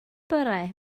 bore